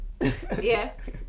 Yes